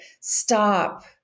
Stop